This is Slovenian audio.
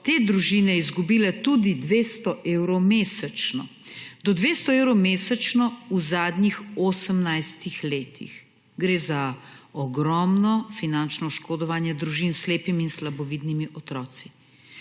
te družine izgubile tudi do 200 evrov mesečno v zadnjih 18 letih. Gre za ogromno finančno oškodovanje družin s slepimi in slabovidnimi otroki.